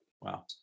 Wow